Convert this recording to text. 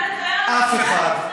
אף אחד,